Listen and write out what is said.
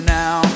now